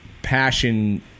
passion